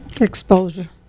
exposure